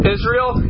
Israel